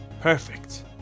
Perfect